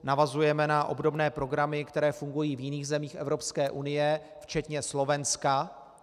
Navazujeme na obdobné programy, které fungují v jiných zemích Evropské unie, včetně Slovenska.